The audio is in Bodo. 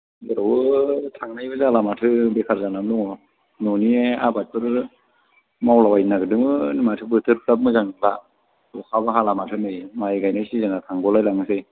जेरावबो थांनायबो जाला माथो बेखार जानानै दङ न'नि आबादफोर मावलाबायनो नागिरदोंमोन माथो बोथोरफ्राबो मोजां नङा अखाबो हाला माथो नै माइ गायनाय सिजोना थांग' लायलांसै